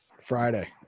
Friday